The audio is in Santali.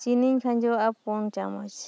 ᱪᱤᱱᱤᱧ ᱠᱷᱟᱸᱡᱚᱣᱜ ᱟ ᱯᱚᱱ ᱪᱟᱢᱚᱪ